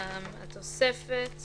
"תוספת